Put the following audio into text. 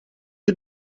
you